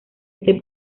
este